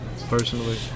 personally